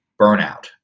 burnout